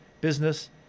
business